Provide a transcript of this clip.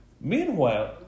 Meanwhile